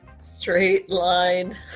Straight-line